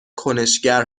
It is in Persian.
کنشگر